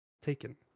taken